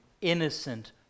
innocent